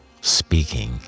speaking